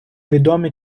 відомі